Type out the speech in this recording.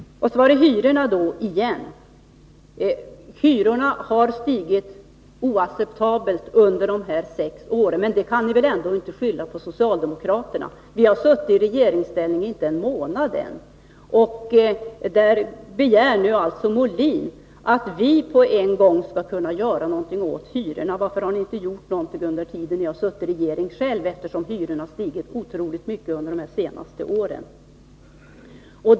Och så var det hyrorna igen. Hyrorna har stigit oacceptabelt under de här sex åren. Men det kan ni väl inte skylla på socialdemokraterna? Vi har ännu inte suttit i regeringsställning en månad, och ändå begär Björn Molin att vi på en gång skall kunna göra någonting åt hyrorna. Varför har ni inte gjort någonting själva under den tid då ni har suttit i regeringsställning? Det är under de senaste åren som hyrorna har stigit så otroligt mycket.